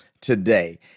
today